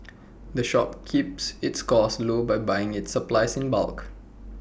the shop keeps its costs low by buying its supplies in bulk